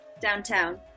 downtown